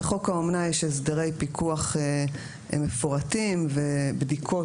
בחוק האומנה יש הסדרי פיקוח מפורטים ובדיקות